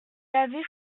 avaient